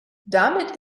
damit